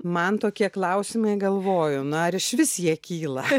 man tokie klausimai galvoju na ar išvis jie kyla